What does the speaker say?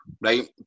right